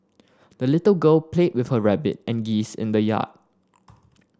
the little girl played with her rabbit and geese in the yard